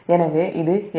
எனவே இது xd 0